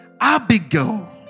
Abigail